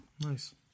Nice